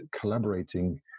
collaborating